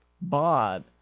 bob